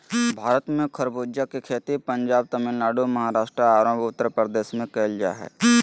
भारत में खरबूजा के खेती पंजाब, तमिलनाडु, महाराष्ट्र आरो उत्तरप्रदेश में कैल जा हई